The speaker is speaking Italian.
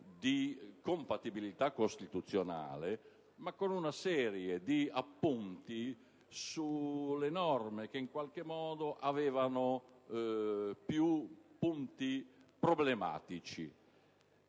di compatibilità costituzionale, ma con una serie di appunti sulle norme che presentavano aspetti problematici.